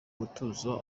umutuzo